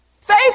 Faith